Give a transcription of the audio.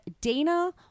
Dana